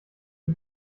die